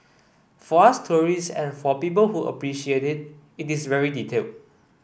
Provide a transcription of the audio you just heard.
for us tourists and for people who appreciate it it is very detailed